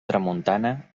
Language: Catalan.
tramuntana